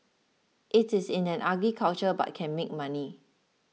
it is in an ugly culture but can make money